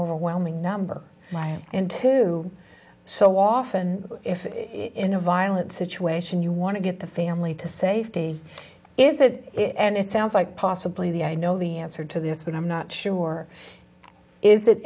overwhelming number and to so often if in a violent situation you want to get the family to safety is it and it sounds like possibly the i know the answer to this one i'm not sure is it